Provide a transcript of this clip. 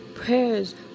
prayers